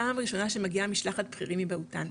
פעם ראשונה שמגיעה משלחת בכירים מבהוטן,